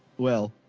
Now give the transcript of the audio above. well.